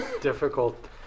difficult